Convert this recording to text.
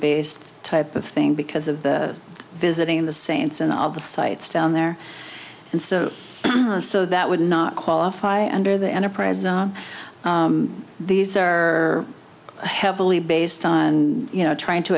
based type of thing because of the visiting the saints and all of the sites down there and so so that would not qualify under the enterprises these are heavily based on and you know trying to